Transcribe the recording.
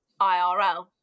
IRL